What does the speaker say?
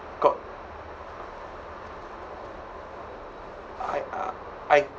got I uh I